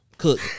Cook